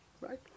Right